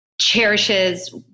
cherishes